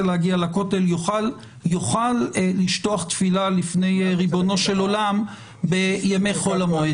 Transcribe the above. להגיע לכותל יוכל לשטוח תפילה לפני ריבונו של עולם בימי חול המועד.